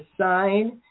sign